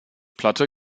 platte